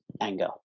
anger